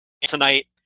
tonight